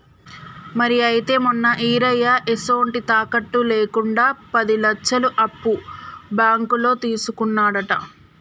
మరి అయితే మొన్న ఈరయ్య ఎసొంటి తాకట్టు లేకుండా పది లచ్చలు అప్పు బాంకులో తీసుకున్నాడట